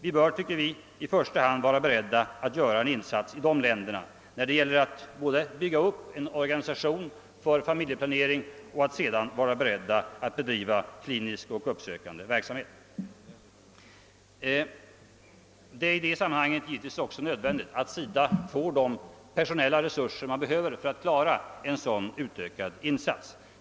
Vi tycker att vårt land i första hand bör vara berett att göra en insats i dessa länder för att bygga upp en organisation för familjeplanering och att sedan bedriva klinisk och uppsökande verksamhet. Det är i detta sammanhang givetvis också nödvändigt att SIDA får de personella resurser som behövs för att klara en sådan ökad insats.